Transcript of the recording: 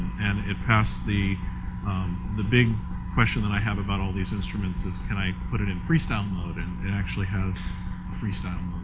and it costs the the big question that i have about all these instruments is can i put it in freestyle mode, and it actually has freestyle